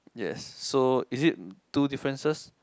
yes so is it two differences